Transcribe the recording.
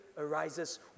arises